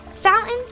Fountain